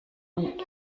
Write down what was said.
und